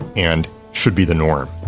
and should be the norm,